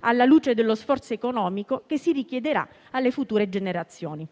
alla luce dello sforzo economico che si richiederà alle future generazioni.